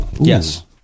yes